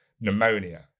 pneumonia